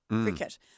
cricket